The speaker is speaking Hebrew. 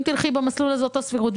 אם תלכי במסלול הזה זאת הסבירות,